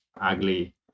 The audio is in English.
ugly